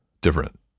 different